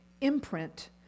imprint